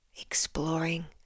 exploring